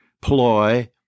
ploy